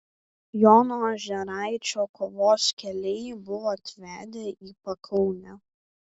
jono ožeraičio kovos keliai jį buvo atvedę į pakaunę